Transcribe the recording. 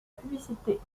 publicité